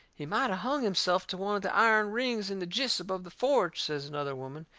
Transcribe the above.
he might of hung himself to one of the iron rings in the jists above the forge, says another woman.